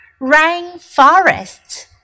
Rainforests